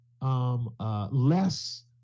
less